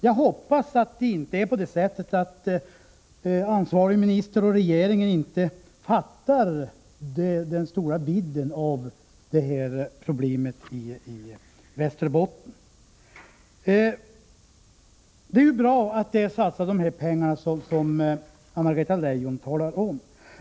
Jag hoppas att det inte är så, att den ansvariga ministern och regeringen inte fattar vidden av Västerbottens problem. Det är ju bra att man satsar de pengar som Anna-Greta Leijon talade om.